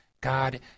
God